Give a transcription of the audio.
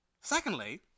Secondly